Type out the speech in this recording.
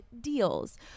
deals